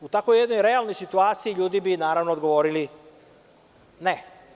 U takvoj jednoj realnoj situaciji ljudi bi, naravno, odgovorili ne.